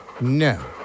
No